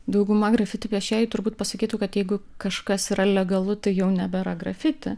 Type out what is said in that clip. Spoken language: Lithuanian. dauguma grafiti piešėjų turbūt pasakytų kad jeigu kažkas yra legalu tai jau nebėra grafiti